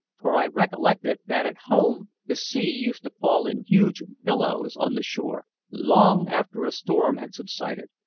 for i recollected that at home the sea used to fall in huge billows on the shore long after a storm had subsided.